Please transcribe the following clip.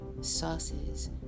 sauces